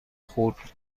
خرد